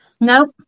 Nope